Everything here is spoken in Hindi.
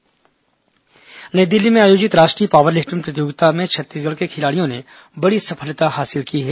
पावर लिफ्टिंग नई दिल्ली में आयोजित राष्ट्रीय पावर लिफ्टिंग प्रतियोगिता में छत्तीसगढ़ के खिलाड़ियों ने बड़ी सफलता हासिल की है